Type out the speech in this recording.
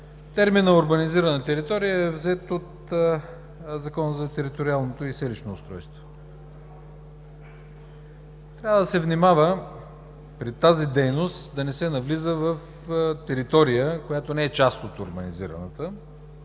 терминът „урбанизирана територия“ е взет от Закона за териториалното и селищно устройство. Трябва да се внимава при тази дейност да не се навлиза в територия, която не е част от урбанизираната,